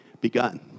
begun